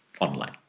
online